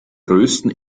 größten